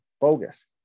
bogus